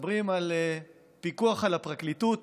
מדברים על פיקוח על הפרקליטות.